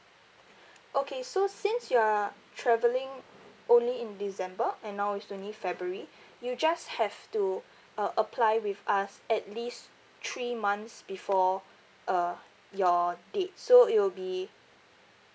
okay so since you are travelling only in december and now it's only february you just have to uh apply with us at least three months before uh your date so it will be